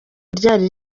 ryari